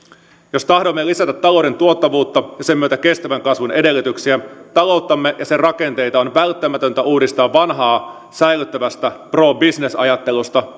jos tahdomme lisätä talouden tuottavuutta ja sen myötä kestävän kasvun edellytyksiä talouttamme ja sen rakenteita on välttämätöntä uudistaa vanhaa säilyttävästä pro business ajattelusta